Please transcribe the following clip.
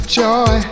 joy